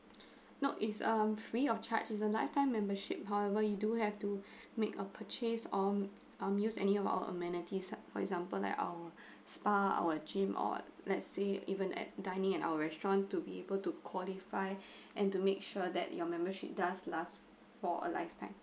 nope is uh free of charge is a lifetime membership however you do have to make a purchase or use any of our amenities like for example like our spa our gym or let's say even at dining and our restaurant to be able to qualify and to make sure that your membership does last for a lifetime